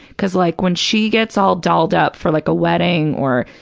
because like when she gets all dolled up for like a wedding or,